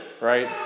right